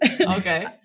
Okay